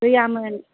गैयामोन